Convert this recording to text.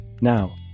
Now